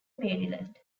maryland